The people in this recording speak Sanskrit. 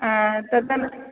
तथा न